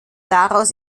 daraus